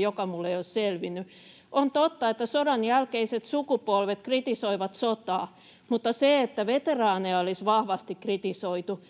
joka minulle ei ole selvinnyt. On totta, että sodanjälkeiset sukupolvet kritisoivat sotaa, mutta siitä, että veteraaneja olisi vahvasti kritisoitu,